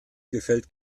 gefällt